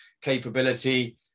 capability